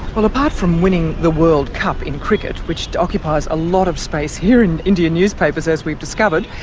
well apart from winning the world cup in cricket, which occupies a lot of space here in indian newspapers, as we've discovered,